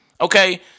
Okay